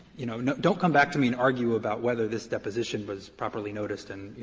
you know know, don't come back to me and argue about whether this deposition was properly noticed and, you